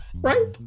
right